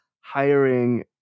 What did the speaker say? hiring